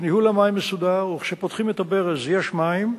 וניהול המים מסודר וכשפותחים את הברז יש מים,